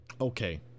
okay